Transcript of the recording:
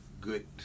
good